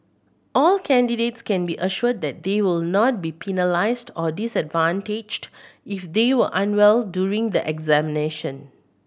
all candidates can be assured that they will not be penalised or disadvantaged if they were unwell during the examination